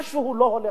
משהו לא הולך כאן.